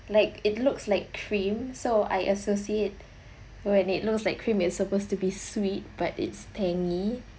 like it looks like cream so I associate when it looks like cream it's supposed to be sweet but it's tangy